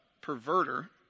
perverter